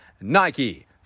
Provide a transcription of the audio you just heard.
nike